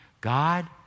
God